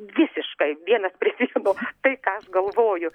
visiškai vienas prie vieno tai ką aš galvoju